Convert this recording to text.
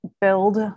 build